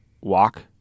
walk